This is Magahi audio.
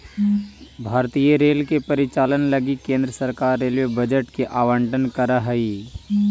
भारतीय रेलवे के परिचालन लगी केंद्र सरकार रेलवे बजट के आवंटन करऽ हई